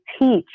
teach